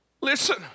Listen